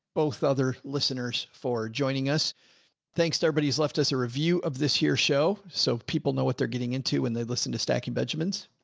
both other listeners for joining us thanks. everybody but has left us a review of this year show. so people know what they're getting into when they listen to stacking benjamins.